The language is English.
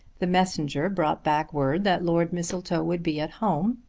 the messenger brought back word that lord mistletoe would be at home,